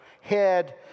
head